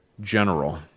general